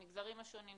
המגזרים השונים,